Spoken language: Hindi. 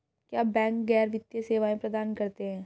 क्या बैंक गैर वित्तीय सेवाएं प्रदान करते हैं?